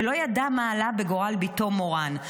ולא ידע מה עלה בגורל בתו מורן.